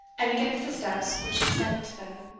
and against the steps which descended to them.